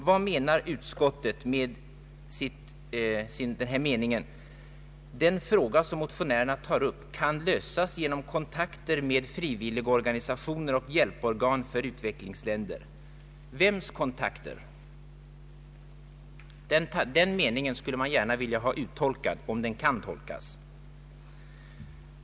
Vad menar utskottet med denna mening: ”Den fråga som motionärerna tar upp kan lösas genom kontakter med frivilligorganisationer och hjälporgan för utvecklingsländer”? Vems kontakter? Den meningen skulle man gärna vilja ha uttolkad — om den kan tolkas.